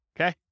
Okay